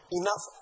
enough